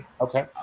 Okay